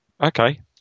Okay